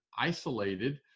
isolated